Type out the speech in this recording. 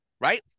right